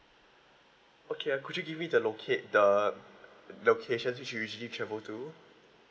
okay uh could you give me the loca~ the locations which you usually travel to